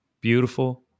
beautiful